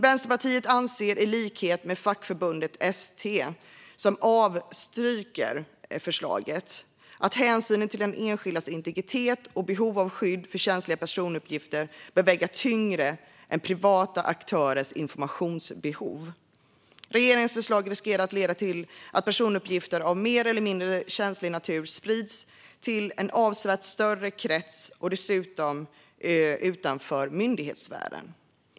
Vänsterpartiet anser i likhet med fackförbundet ST, som avstyrker förslaget, att hänsynen till den enskildes integritet och behov av skydd för känsliga personuppgifter bör väga tyngre än privata aktörers informationsbehov. Regeringens förslag riskerar att leda till att personuppgifter av mer eller mindre känslig natur sprids till en avsevärt större krets och dessutom utanför myndighetssfären.